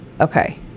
Okay